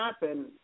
happen